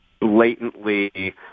blatantly